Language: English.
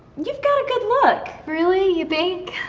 you've got a good look. really, you think?